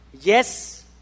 yes